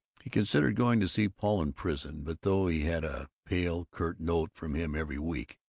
he considered going to see paul in prison, but, though he had a pale curt note from him every week,